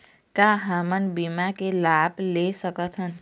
का हमन बीमा के लाभ ले सकथन?